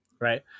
right